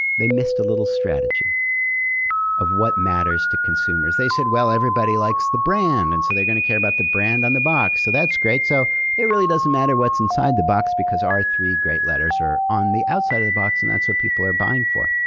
they missed a little strategy of what matters to consumers. they said, well, everybody likes the brand, and so they're going to care about the brand on the box. so that's great, so it really doesn't matter what's inside the box, because our three great letters are on the outside of the box, and that's what people are buying for.